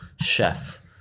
chef